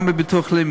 גם מהביטוח הלאומי,